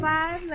Five